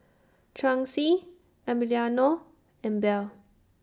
Chauncy Emiliano and Bell